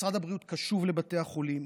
משרד הבריאות קשוב לבתי החולים,